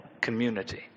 community